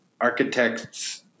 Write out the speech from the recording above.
architects